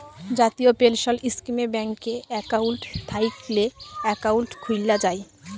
জাতীয় পেলসল ইস্কিমে ব্যাংকে একাউল্ট থ্যাইকলে একাউল্ট খ্যুলা যায়